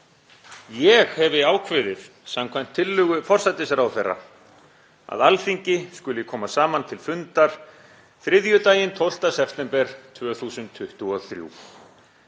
Ég hefi ákveðið, samkvæmt tillögu forsætisráðherra, að Alþingi skuli koma saman til fundar þriðjudaginn 12. september 2023.